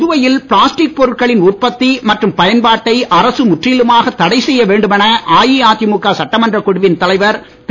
புதுவையில் பிளாஸ்டிக் பொருட்களின் உற்பத்தி மற்றும் பயன்பாட்டை அரசு முற்றிலுமாக தடை செய்ய வேண்டுமென அஇஅதிமுக சட்டமன்றக் குழுவின் தலைவர் திரு